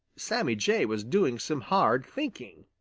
sammy jay was doing some hard thinking.